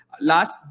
Last